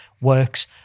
works